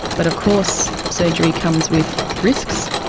but of course surgery comes with risks,